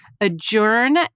adjourn